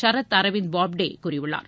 சரத் அரவிந்த் பாப்டே கூறியுள்ளார்